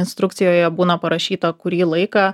instrukcijoje būna parašyta kurį laiką